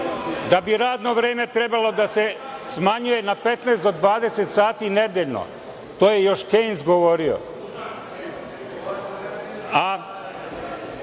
da bi radno vreme trebalo da se smanjuje na 15 do 20 sati nedeljno. To je još Kejnz govorio,